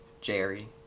Jerry